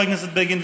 חבר הכנסת בגין,